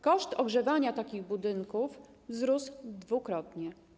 Koszt ogrzewania takich budynków wzrósł dwukrotnie.